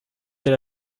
elle